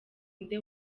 nde